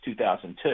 2002